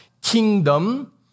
kingdom